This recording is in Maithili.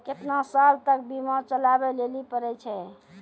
केतना साल तक बीमा चलाबै लेली पड़ै छै?